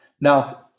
Now